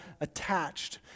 attached